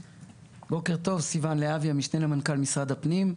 בוקר טוב, אני משנה למנכ"ל משרד הפנים.